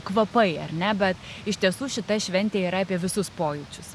kvapai ar ne bet iš tiesų šita šventė yra apie visus pojūčius